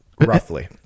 Roughly